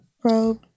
probe